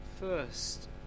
first